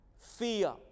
fear